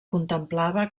contemplava